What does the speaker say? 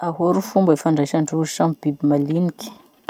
Ahoa ro fomba ifandraisandrozy samby biby maliniky?